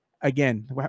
again